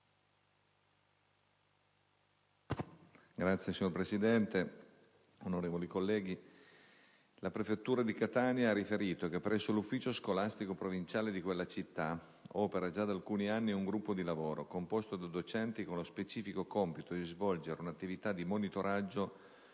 Signor Presidente, onorevoli colleghi, la prefettura di Catania ha riferito che presso l'Ufficio scolastico provinciale di quella città opera, già da alcuni anni, un gruppo di lavoro composto da docenti con lo specifico compito di svolgere un'attività di monitoraggio volta esclusivamente a